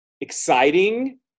exciting